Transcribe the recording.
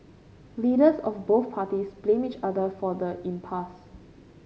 leaders of both parties blamed each other for the impasse